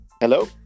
Hello